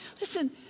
listen